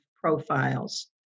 profiles